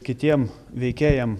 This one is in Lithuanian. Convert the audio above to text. kitiem veikėjam